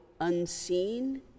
unseen